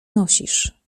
nosisz